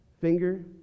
finger